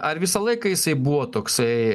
ar visą laiką jisai buvo toksai